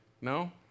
No